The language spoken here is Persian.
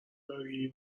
داری